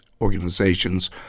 organizations